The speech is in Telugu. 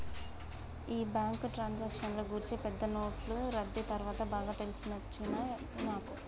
ఈ బ్యాంకు ట్రాన్సాక్షన్ల గూర్చి పెద్ద నోట్లు రద్దీ తర్వాత బాగా తెలిసొచ్చినది నాకు